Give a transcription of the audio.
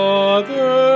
Father